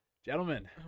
Gentlemen